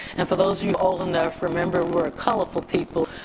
and for those you old enough, remember we're a colorful people.